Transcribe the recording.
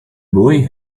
boy